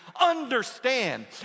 understand